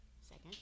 second